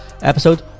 episode